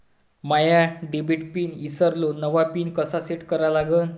माया debit pin ईसरलो, नवा pin कसा सेट करा लागन?